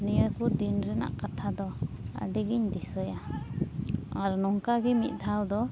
ᱱᱤᱭᱟᱹ ᱠᱚ ᱫᱤᱱ ᱨᱮᱱᱟᱜ ᱠᱟᱛᱷᱟ ᱫᱚ ᱟᱹᱰᱤ ᱜᱮᱧ ᱫᱤᱥᱟᱹᱭᱟ ᱟᱨ ᱱᱚᱝᱠᱟ ᱜᱮ ᱢᱤᱫ ᱫᱷᱟᱣ ᱫᱚ